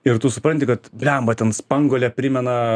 ir tu supranti kad blemba ten spanguolė primena